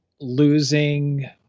losing